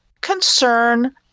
concern